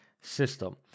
system